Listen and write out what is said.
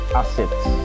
assets